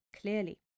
clearly